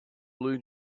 blue